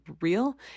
real